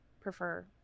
prefer